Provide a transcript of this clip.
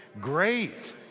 Great